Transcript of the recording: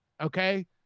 okay